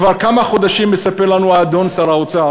כבר כמה חודשים מספר לנו האדון שר האוצר